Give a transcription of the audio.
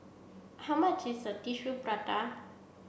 how much is tissue prata